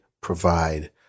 provide